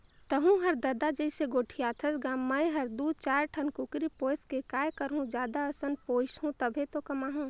तहूँ हर ददा जइसे गोठियाथस गा मैं हर दू चायर ठन कुकरी पोयस के काय करहूँ जादा असन पोयसहूं तभे तो कमाहूं